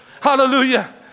Hallelujah